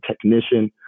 technician